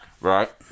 right